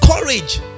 courage